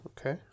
Okay